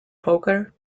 poker